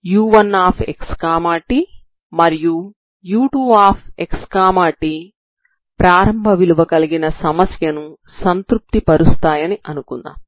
u1xt మరియు u2xt ప్రారంభ విలువ కలిగిన సమస్యను సంతృప్తి పరుస్తాయని అనుకుందాం